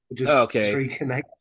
okay